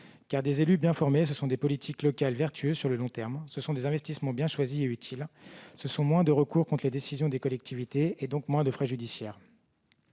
Car des élus bien formés, ce sont des politiques locales vertueuses sur le long terme, ainsi que des investissements bien choisis et utiles. Et ce sont aussi des recours contre des décisions des collectivités, donc des frais judiciaires,